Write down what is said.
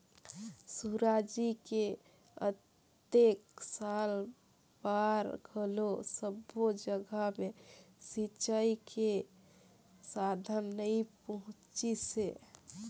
सुराजी के अतेक साल बार घलो सब्बो जघा मे सिंचई के साधन नइ पहुंचिसे